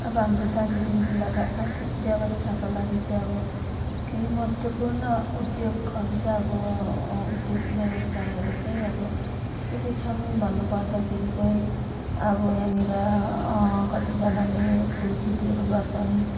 अब हाम्रो दार्जिलिङ जिल्लाका आर्थिक व्यवस्थाका लागि चाहिँ अब केही महत्त्वपूर्ण उद्योगहरू चाहिँ अब उद्योग व्यवसायहरू चाहिँ अब के के छन् भन्नु पर्दाखेरि चाहिँ अब यहाँनिर कतिजनाले फुलखेतीहरू गर्छन्